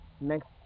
next